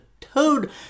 Toad